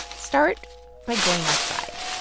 start by going outside.